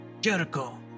Jericho